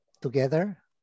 together